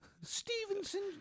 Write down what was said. Stevenson